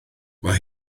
mae